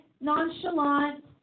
nonchalant